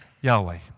Yahweh